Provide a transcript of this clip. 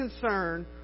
concern